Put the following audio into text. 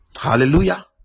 Hallelujah